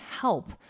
help